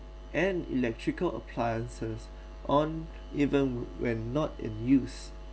and electrical appliances on even when not in use